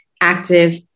active